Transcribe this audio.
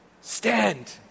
stand